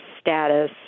status